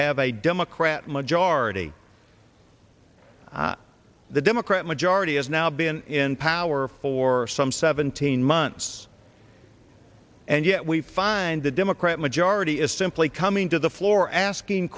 have a democrat majority the democrat majority has now been in power for some seventeen months and yet we find the democrat majority is simply coming to the floor asking